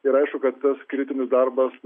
ir aišku kad tas kritinis darbas